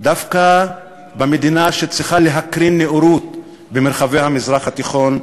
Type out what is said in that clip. דווקא במדינה שצריכה להקרין נאורות ברחבי המזרח התיכון?